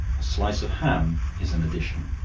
a slice of ham is an addition.